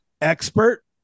expert